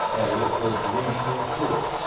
yeah, we look forward to reading your thoughts.